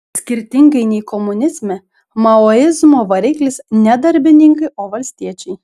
skirtingai nei komunizme maoizmo variklis ne darbininkai o valstiečiai